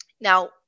Now